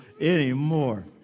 anymore